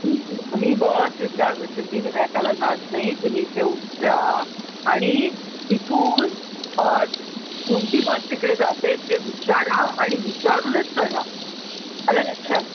ही bus सिद्ध सिद्धिविनायकाला जात नाही तुम्ही इथे उतरा आणि इथून कोणती बस तिकडे जाते ते विचारा आणि विचारूनच चढा आलं लक्षात